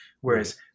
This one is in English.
Whereas